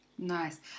Nice